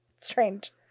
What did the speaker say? Strange